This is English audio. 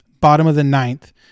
bottom-of-the-ninth